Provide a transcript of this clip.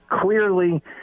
clearly